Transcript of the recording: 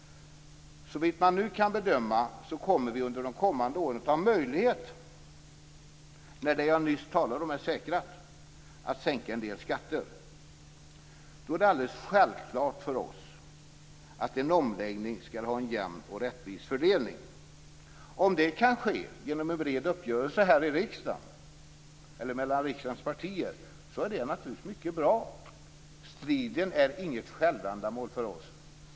Såvitt man nu kan bedöma kommer vi under de kommande åren att ha möjlighet, när det jag nyss talade om är säkrat, att sänka en del skatter. Då är det alldeles självklart för oss att en omläggning skall ha en jämn och rättvis fördelning. Om det kan ske genom en bred uppgörelse mellan riksdagens partier är det naturligtvis mycket bra. Striden är inget självändamål för oss.